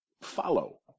follow